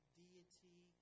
deity